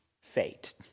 fate